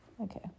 okay